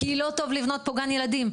כי לא טוב לבנות פה גן ילדים",